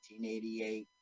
1988